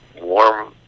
warm